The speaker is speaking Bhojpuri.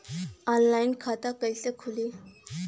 ऑनलाइन खाता कइसे खुली?